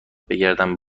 بگردم